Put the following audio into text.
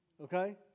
Okay